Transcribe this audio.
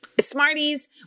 Smarties